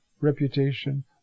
reputation